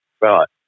Right